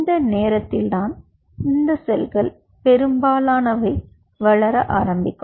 இந்த நேரத்தில் தான் இந்த செல்கள் பெரும்பாலானவை வளர ஆரம்பிக்கும்